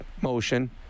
motion